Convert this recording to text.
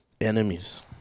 enemies